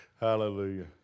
Hallelujah